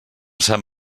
sant